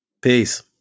Peace